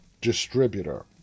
distributor